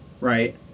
right